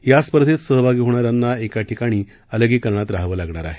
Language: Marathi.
या स्पर्धेत सहभागी होणाऱ्यांना एका ठिकाणी अलगीकरणात रहावं लागणार आहे